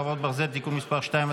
חרבות ברזל) (תיקון מס' 2),